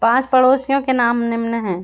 पाँच पड़ोसियों के नाम निम्न हैं